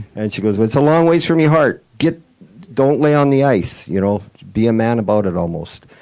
and she goes, but it's a long way from your heart! get don't lay on the ice! you know be a man about it, almost.